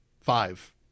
five